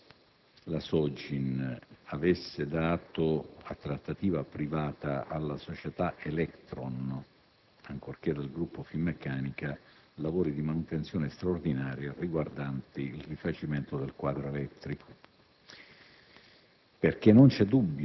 come mai la SOGIN avesse affidato a trattativa privata alla società ELECTRON, ancorché del gruppo Finmeccanica, lavori di manutenzione straordinaria riguardanti il rifacimento del quadro elettrico.